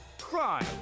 crime